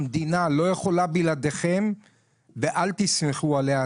המדינה לא יכולה בלעדיכם ואל תסמכו עליה,